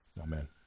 Amen